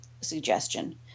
suggestion